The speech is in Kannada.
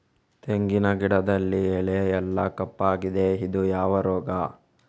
ತೆಂಗಿನ ಗಿಡದಲ್ಲಿ ಎಲೆ ಎಲ್ಲಾ ಕಪ್ಪಾಗಿದೆ ಇದು ಯಾವ ರೋಗ?